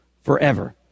forever